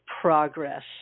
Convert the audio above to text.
progress